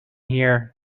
here